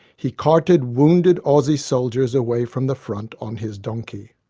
he carted wounded aussie soldiers away from the front on his donkey.